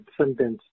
sentence